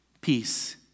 Peace